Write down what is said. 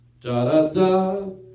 Da-da-da